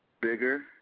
bigger